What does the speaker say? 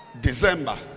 December